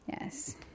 yes